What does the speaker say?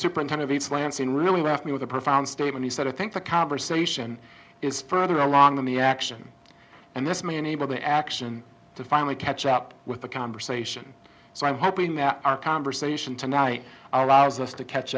superintendent it's lansing really left me with a profound statement he said i think the conversation is further along than the action and this may enable the action to finally catch up with the conversation so i'm hoping that our conversation tonight allows us to catch